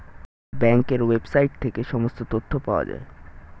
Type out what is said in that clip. ব্যাঙ্কের ওয়েবসাইট থেকে সমস্ত তথ্য পাওয়া যায়